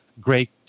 great